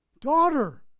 daughter